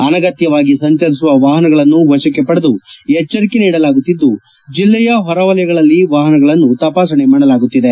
ಅನಗತ್ಯವಾಗಿ ಸಂಚರಿಸುವ ವಾಹನಗಳನ್ನು ವಶಕ್ಷೆ ಪಡೆದು ಎಚ್ಚರಿಕೆ ನೀಡಲಾಗುತ್ತಿದ್ದು ಜಿಲ್ಲೆಯ ಹೊರವಲಯಗಳಲ್ಲಿ ವಾಹನಗಳನ್ನು ತಪಾಸಣೆ ಮಾಡಲಾಗುತ್ತಿದೆ